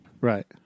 Right